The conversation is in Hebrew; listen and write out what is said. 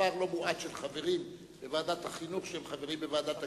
מספר לא מועט של חברים בוועדת החינוך הם חברים בוועדת הכספים.